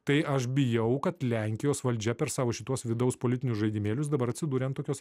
tai aš bijau kad lenkijos valdžia per savo šituos vidaus politinius žaidimėlius dabar atsidūrė ant tokios